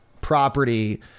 property